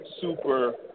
Super